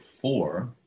four